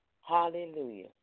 Hallelujah